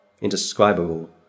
indescribable